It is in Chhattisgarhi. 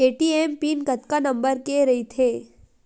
ए.टी.एम पिन कतका नंबर के रही थे?